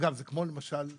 זה כמו למשל אני,